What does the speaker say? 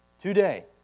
Today